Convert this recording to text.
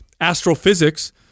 astrophysics